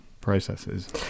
processes